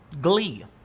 glee